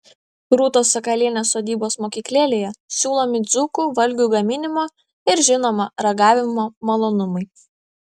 rūtos sakalienės sodybos mokyklėlėje siūlomi dzūkų valgių gaminimo ir žinoma ragavimo malonumai